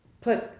put